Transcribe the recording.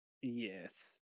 Yes